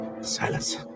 Silence